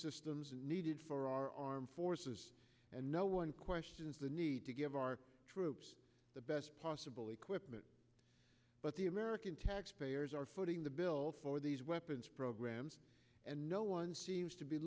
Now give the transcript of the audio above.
systems and needed for our armed forces and no one questions the need to give our troops the best possible equipment but the american taxpayers are footing the bill for these weapons programs and no one seems to be